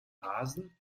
rasen